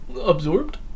absorbed